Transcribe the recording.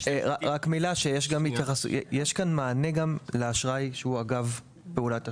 יש כאן מענה גם לאשראי שהוא אגב פעולת תשלום.